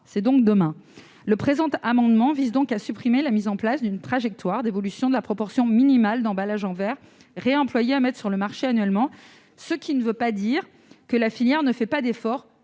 c'est demain. Cet amendement vise donc à supprimer la mise en place d'une trajectoire d'évolution de la proportion minimale d'emballages en verre réemployés à mettre sur le marché annuellement. Cela ne signifie pas que la filière ne fait pas d'efforts.